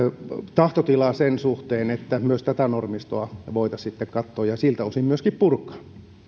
tahtotila sen suhteen että myös tätä normistoa voitaisiin sitten katsoa ja siltä osin myöskin purkaa